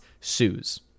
sues